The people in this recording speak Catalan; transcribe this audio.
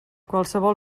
qualsevol